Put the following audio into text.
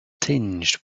tinged